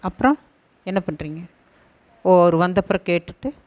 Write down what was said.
அப்புறம் என்ன பண்ணுறீங்க ஓ அவர் வந்தப்புறம் கேட்டுவிட்டு